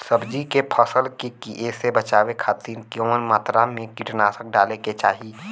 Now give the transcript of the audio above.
सब्जी के फसल के कियेसे बचाव खातिन कवन मात्रा में कीटनाशक डाले के चाही?